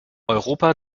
europa